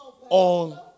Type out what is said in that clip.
on